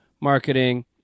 marketing